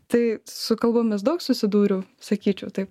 tai su kalbomis daug susidūriau sakyčiau taip